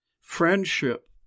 friendship